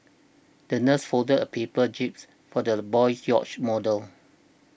the nurse folded a paper jibs for the boy's yacht model